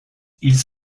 ils